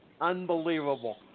unbelievable